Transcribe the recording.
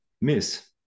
miss